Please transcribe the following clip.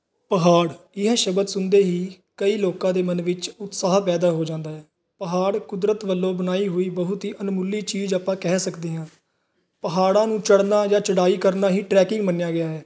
ਪਹਾੜ ਇਹ ਸ਼ਬਦ ਸੁਣਦੇ ਹੀ ਕਈ ਲੋਕਾਂ ਦੇ ਮਨ ਵਿੱਚ ਉਤਸ਼ਾਹ ਪੈਦਾ ਹੋ ਜਾਂਦਾ ਹੈ ਪਹਾੜ ਕੁਦਰਤ ਵੱਲੋਂ ਬਣਾਈ ਹੋਈ ਬਹੁਤ ਹੀ ਅਣਮੁੱਲੀ ਚੀਜ਼ ਆਪਾਂ ਕਹਿ ਸਕਦੇ ਹਾਂ ਪਹਾੜਾਂ ਨੂੰ ਚੜ੍ਹਨਾ ਜਾਂ ਚੜ੍ਹਾਈ ਕਰਨਾ ਹੀ ਟਰੈਕਿੰਗ ਮੰਨਿਆ ਗਿਆ ਹੈ